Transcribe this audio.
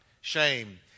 shame